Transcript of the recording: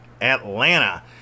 Atlanta